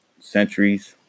centuries